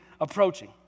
approaching